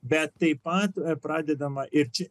bet taip pat pradedama ir čia